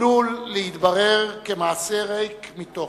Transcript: עלול להתברר כמעשה ריק מתוכן.